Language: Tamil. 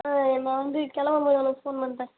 ஆ நான் வந்து கிளம்பும்போது உனக்கு ஃபோன் பண்ணுறேன்